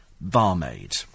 barmaid